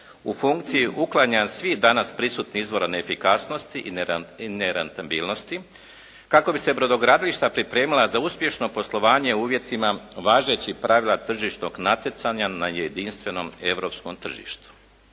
u funkciji uklanjanja svih danas prisutnih izvora neefikasnosti i nerentabilnosti kako bi se brodogradilišta pripremila za uspješno poslovanje u uvjetima važećih pravila tržišnog natjecanja na jedinstvenom europskom tržištu.